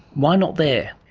why not there?